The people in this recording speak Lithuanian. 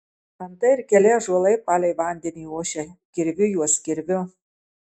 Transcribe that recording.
antai ir keli ąžuolai palei vandenį ošia kirviu juos kirviu